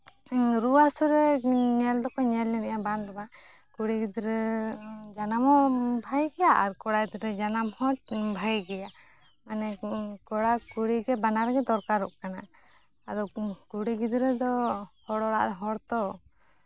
ᱨᱩᱣᱟᱹ ᱦᱟᱹᱥᱩᱨᱮ ᱧᱮᱞ ᱫᱚᱠᱚ ᱧᱮᱞ ᱟᱹᱱᱤᱡᱼᱟ ᱵᱟᱝ ᱫᱚ ᱵᱟᱝ ᱠᱩᱲᱤ ᱜᱤᱫᱽᱨᱟᱹ ᱡᱟᱱᱟᱢᱚᱜ ᱵᱷᱟᱜᱮ ᱜᱮᱭᱟ ᱠᱚᱲᱟ ᱜᱤᱫᱽᱨᱟᱹ ᱡᱟᱱᱟᱢ ᱦᱚᱸ ᱵᱷᱟᱜᱮ ᱜᱮᱭᱟ ᱢᱟᱱᱮ ᱠᱚᱲᱟᱼᱠᱩᱲᱤ ᱵᱟᱱᱟᱨᱜᱮ ᱫᱚᱨᱠᱟᱨᱚᱜ ᱠᱟᱱᱟ ᱟᱫᱚ ᱠᱩᱲᱤ ᱜᱤᱫᱽᱨᱟᱹ ᱫᱚ ᱦᱚᱲ ᱚᱲᱟᱜ ᱨᱮᱱ ᱦᱚᱲ ᱛᱚ